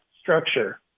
structure